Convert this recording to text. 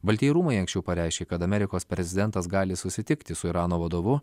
baltieji rūmai anksčiau pareiškė kad amerikos prezidentas gali susitikti su irano vadovu